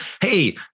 hey